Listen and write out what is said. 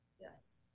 Yes